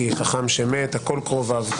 כי חכם שמת הכול קרוביו,